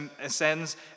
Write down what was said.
ascends